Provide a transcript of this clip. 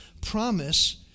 promise